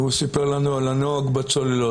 והוא סיפר לנו על הנוהג בצוללות.